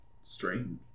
Strange